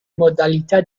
modalità